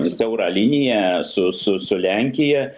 siaurą liniją su su su lenkija